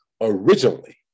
originally